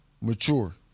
mature